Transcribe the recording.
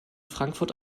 frankfurt